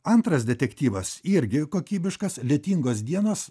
antras detektyvas irgi kokybiškas lietingos dienos